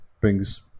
brings